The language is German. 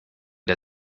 der